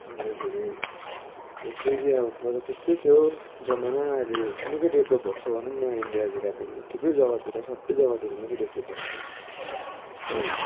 अन्तखेरि जस्तै कि अब पहिला त्यस्तै थियो जमाना अहिले निकै डेभ्लप भएको छ भनौँ न इन्डियातिर पनि थुप्रै जग्गातिर सबै जग्गातिर निकै डेभ्लप भएको छ